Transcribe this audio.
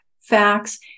facts